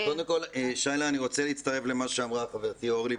למה שאמרה חברתי, אורלי.